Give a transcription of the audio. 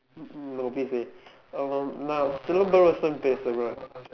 no please dey um நான்:naan Silambarasan பேசுறேன்:peesureen